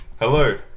Hello